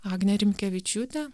agnė rimkevičiūtė